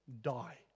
die